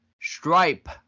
Stripe